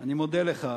אני מודה לך.